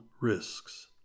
risks